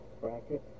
bracket